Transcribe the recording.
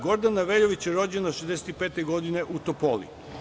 Gordana Veljović je rođena 1965. godine u Topoli.